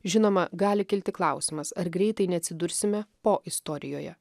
žinoma gali kilti klausimas ar greitai neatsidursime poistorijoje